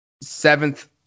seventh